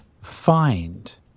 find